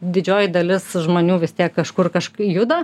didžioji dalis žmonių vis tiek kažkur kažk juda